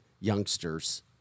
youngsters